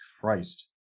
Christ